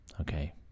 Okay